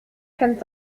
kennt